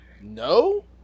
no